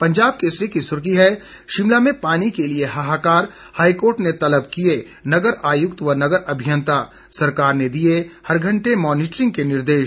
पंजाब केसरी की सुर्खी है शिमला में पानी के लिए हाहाकार हाईकोर्ट ने तलब किए नगर आयुक्त व नगर अभियंता सरकार ने दिए हर घंटे मॉनीटरिंग के निर्देश